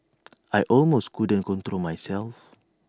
I almost couldn't control myself